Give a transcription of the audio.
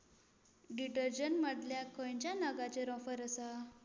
detergent मदल्या खंयच्या नगांचेर ऑफर आसा